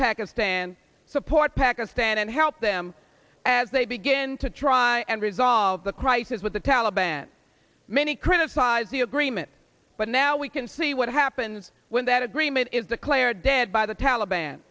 pakistan support pakistan and help them as they begin to try and resolve the crisis with the two taliban many criticize the agreement but now we can see what happens when that agreement is the clay or dead by the